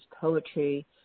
poetry